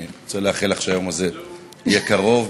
אני רוצה לאחל לך שהיום הזה יהיה קרוב,